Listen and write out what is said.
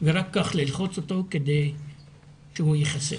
ורק כך ללחוץ אותו כדי שהוא ייחשף,